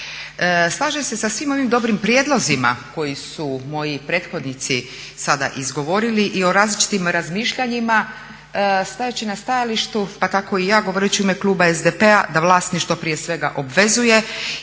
Slažem se sa svim ovim dobrim prijedlozima koje su moji prethodnici sada izgovorili i o različitim razmišljanjima stajaći na stajalištu, pa tako i ja govoreći u ime kluba SDP-a da vlasništvo prije svega obvezuje